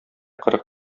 кырык